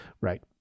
right